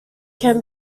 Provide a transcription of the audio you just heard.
can